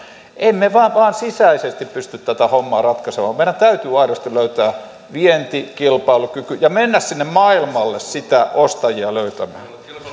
emme me vain sisäisesti pysty tätä hommaa ratkaisemaan meidän täytyy aidosti löytää vientikilpailukyky ja mennä sinne maailmalle niitä ostajia löytämään